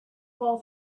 far